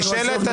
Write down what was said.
זה לא חידוש,